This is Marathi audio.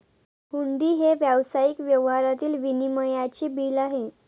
हुंडी हे व्यावसायिक व्यवहारातील विनिमयाचे बिल आहे